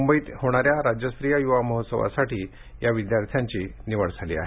मुंबई होणाऱ्या राज्यस्तरीय युवा महोत्सवासाठी या विद्यार्थ्यांची निवड झाली आहे